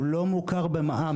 הוא לא מוכר במע"מ.